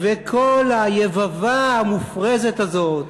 וכל היבבה המופרזת הזאת,